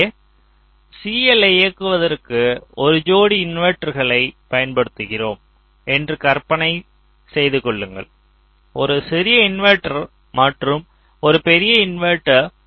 இங்கே CL யை இயக்கவதற்கு ஒரு ஜோடி இன்வெர்ட்டர்களைப் பயன்படுத்துகிறோம் என்று கற்பனை செய்து கொள்ளுங்கள் ஒரு சிறிய இன்வெர்ட்டர் மற்றும் ஒரு பெரிய இன்வெர்ட்டர்